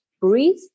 breathe